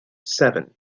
seven